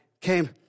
came